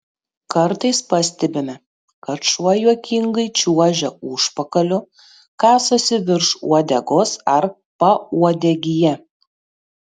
kartais pastebime kad šuo juokingai čiuožia užpakaliu kasosi virš uodegos ar pauodegyje